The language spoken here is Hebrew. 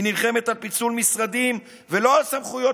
היא נלחמת על פיצול משרדים ולא על סמכויות